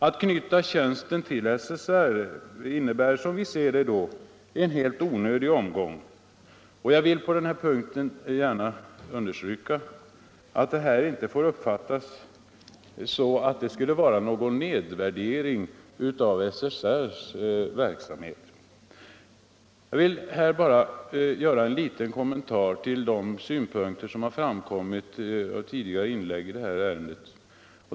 Att knyta tjänsten till SSR innebär, som vi ser det, en helt onödig omgång. Jag vill gärna understryka att detta inte får uppfattas så att det skulle innebära någon nedvärdering av SSR:s verksamhet. Här vill jag bara göra en liten kommentar till de synpunkter som har framkommit i tidigare inlägg i detta ärende.